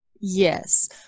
yes